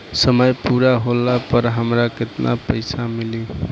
समय पूरा होला पर हमरा केतना पइसा मिली?